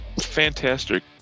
fantastic